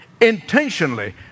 intentionally